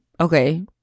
Okay